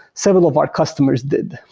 several of our customers did.